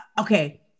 okay